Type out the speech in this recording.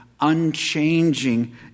unchanging